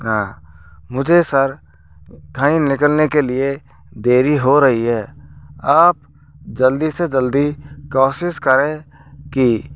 मुझे सर कहीं निकलने के लिए देरी हो रही है आप जल्दी से जल्दी कोशिश करें कि